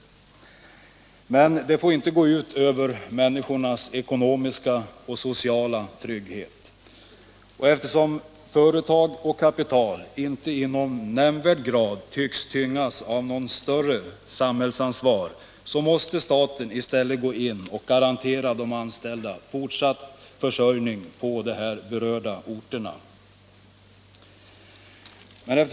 Men det får inte gå ut över människornas ekonomiska och sociala trygghet. Och eftersom företag och kapital inte i någon nämnvärd grad tycks tyngas av något större samhällsansvar, måste staten i stället gå in och garantera de anställda fortsatt försörjning på de här berörda orterna.